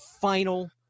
final